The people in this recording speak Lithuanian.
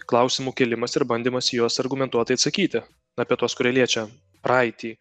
klausimų kėlimas ir bandymas į juos argumentuotai atsakyti apie tuos kurie liečia praeitį